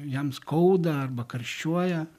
jam skauda arba karščiuoja